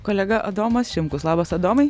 kolega adomas šimkus labas adomai